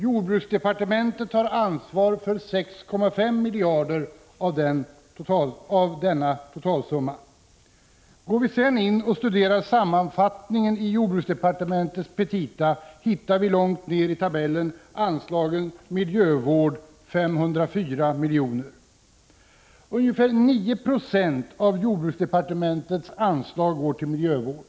Jordbruksdepartementet har ansvar för 6,5 miljarder av denna totalsumma. Går vi sedan in och studerar sammanfattningen i jordbruksdepartementets petita hittar vi långt ned i tabellen anslagen till miljövård, 504 miljoner. Ungefär 9 20 av jordbruksdepartementets anslag går till miljövård.